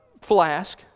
flask